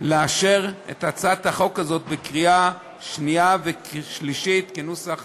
לאשר את הצעת החוק הזאת בקריאה השנייה ושלישית בנוסח